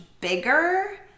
bigger